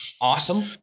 Awesome